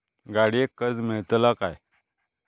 गाडयेक कर्ज मेलतला काय?